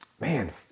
Man